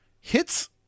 hits